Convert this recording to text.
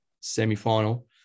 semi-final